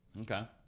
Okay